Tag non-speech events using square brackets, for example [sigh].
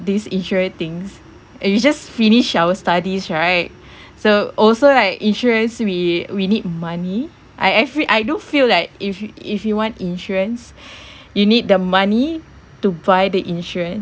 these insurance things eh we just finish our studies right [breath] so also like insurance we we need money I every I do feel like if if you want insurance [breath] you need the money to buy the insurance